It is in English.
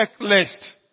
checklist